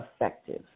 effective